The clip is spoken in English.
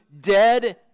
dead